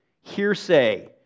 hearsay